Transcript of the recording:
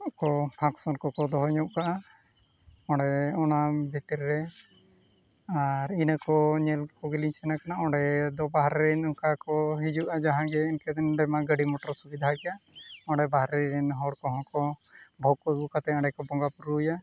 ᱠᱚ ᱯᱷᱟᱝᱥᱮᱱ ᱠᱚᱠᱚ ᱫᱚᱦᱚ ᱧᱚᱜ ᱠᱟᱜᱼᱟ ᱚᱸᱰᱮ ᱚᱱᱟ ᱵᱷᱤᱛᱤᱨ ᱨᱮ ᱟᱨ ᱤᱱᱟᱹ ᱠᱚ ᱧᱮᱞ ᱠᱚᱜᱮᱞᱤᱧ ᱥᱮᱱ ᱠᱟᱱᱟ ᱚᱸᱰᱮ ᱫᱚ ᱵᱟᱦᱨᱮ ᱨᱮᱱ ᱚᱱᱠᱟ ᱠᱚ ᱦᱤᱡᱩᱜᱼᱟ ᱡᱟᱦᱟᱸ ᱜᱮ ᱤᱱᱠᱟᱹ ᱫᱚ ᱜᱟᱹᱰᱤ ᱢᱚᱴᱚᱨ ᱥᱩᱵᱤᱫᱷᱟ ᱜᱮᱭᱟ ᱚᱸᱰᱮ ᱵᱟᱦᱨᱮ ᱨᱮᱱ ᱦᱚᱲ ᱠᱚᱦᱚᱸ ᱠᱚ ᱵᱷᱳᱜᱽ ᱠᱚ ᱟᱹᱜᱩ ᱠᱟᱛᱮᱫ ᱚᱸᱰᱮ ᱠᱚ ᱵᱚᱸᱜᱟᱼᱵᱩᱨᱩᱭᱟ